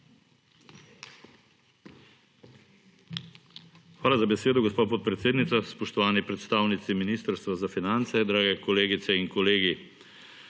Hvala za besedo, gospa podpredsednica. Spoštovani predstavnici Ministrstva za finance, dragi kolegice in kolegi!